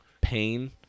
pain